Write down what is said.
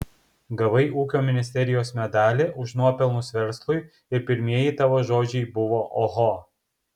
gavai ūkio ministerijos medalį už nuopelnus verslui ir pirmieji tavo žodžiai buvo oho